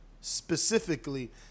specifically